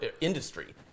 industry